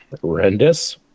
horrendous